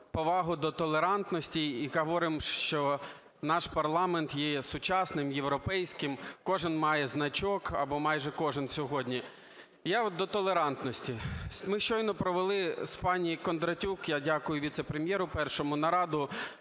повагу до толерантності і говоримо, що наш парламент є сучасним, європейським, кожен має значок або майже кожен сьогодні. Я до толерантності. Ми щойно провели з пані Кондратюк, я дякую віце-прем'єру першому, нараду